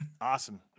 Awesome